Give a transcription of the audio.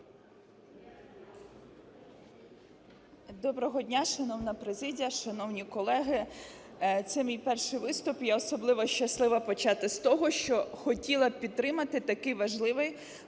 Доброго дня, шановна президія, шановні колеги! Це мій перший виступ, я особливо щаслива почати з того, що хотіла б підтримати такий важливий,